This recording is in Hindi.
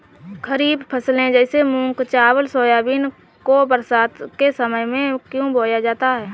खरीफ फसले जैसे मूंग चावल सोयाबीन को बरसात के समय में क्यो बोया जाता है?